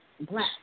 black